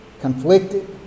conflicted